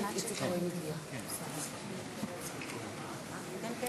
חברי חברי הכנסת, אנחנו ממשיכים בסדר-היום.